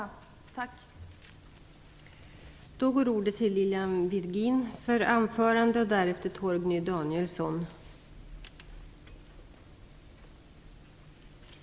Tack!